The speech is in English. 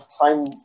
time